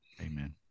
Amen